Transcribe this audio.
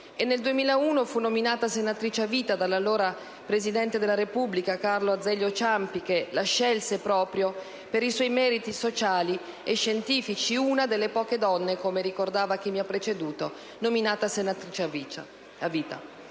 Nel 2001, fu nominata senatrice a vita, dall'allora presidente della Repubblica, Carlo Azeglio Ciampi, che la scelse proprio per i suoi meriti sociali e scientifici. È stata, come ricordava chi mi ha preceduto, una delle poche